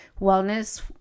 wellness